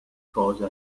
cosa